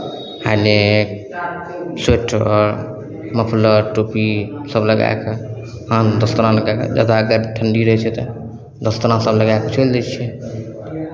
high neck sweater muffler टोपीसभ लगाए कऽ हाथमे दस्ताना नुकाए कऽ लगाए कऽ ठण्ढी रहै छै तऽ दस्तानासभ लगाए कऽ चलि दै छियै